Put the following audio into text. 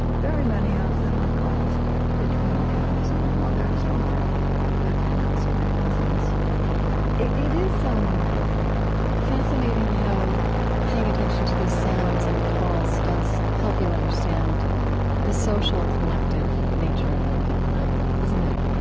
very many of them were calls between calves and their mothers or their their aunts or their cousins it it is fascinating how paying attention to these sounds and the calls does help you understand the social collective nature of elephant life, isn't it?